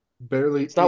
barely –